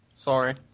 Sorry